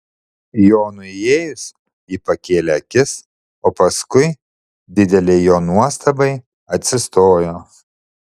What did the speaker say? jonui įėjus ji pakėlė akis o paskui didelei jo nuostabai atsistojo